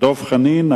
דב חנין,